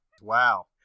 Wow